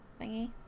thingy